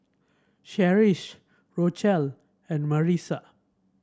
Cherish Rochelle and Marissa